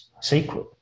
secret